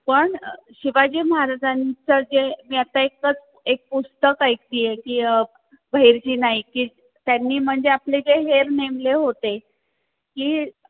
पण शिवाजी महाराजांचं जे मी आता एकच एक पुस्तक ऐकत आहे की भैरजी नाईक त्यांनी म्हणजे आपले जे हेर नेमले होते की